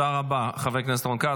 תודה, חבר הכנסת רון כץ.